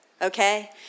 okay